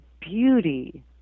beauty